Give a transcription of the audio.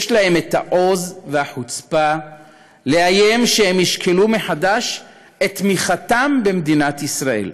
יש להם העוז והחוצפה לאיים שהם ישקלו מחדש את תמיכתם במדינת ישראל.